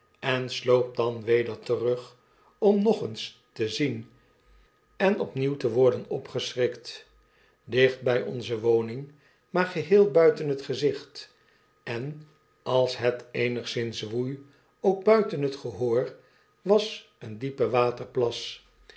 en sloop dan weder terug om nog eens te zien en opnieuw te women opgescnrikt dicht bij onze woning maar geheel buiten bet gezicht en als het eenigszins woei ook buiten het gehoor was een diepe